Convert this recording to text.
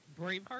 Braveheart